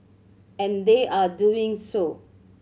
and they are doing so